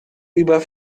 über